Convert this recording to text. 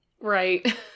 Right